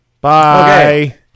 Bye